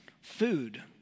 Food